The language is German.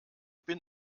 bin